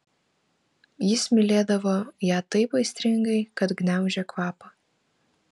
jis mylėdavo ją taip aistringai kad gniaužė kvapą